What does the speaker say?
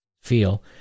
feel